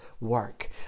work